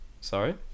Sorry